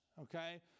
Okay